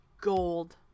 gold